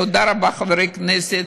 תודה רבה, חברי הכנסת,